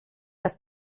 dass